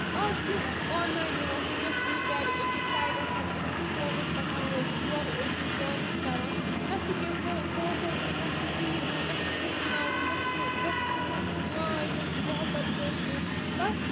آز چھُ آنلاین یِوان کہِ تُہۍ تھٲیِو گَرِ أکِس سایڈَس سَن أکِس فونَس پؠٹھ لٲگِتھ یورٕ ٲسوسۍ ڈانٕس کَران نہ چھُ کینٛہہ پونٛسَے دِی نہ چھُ کِہیٖنۍ دیُن نہ چھُ ہیٚچھناوٕنۍ نہ چھُ یژھُن نہ چھےٚ ماے نہ چھُ محبت کٲنٛسہِ ہُنٛد بَس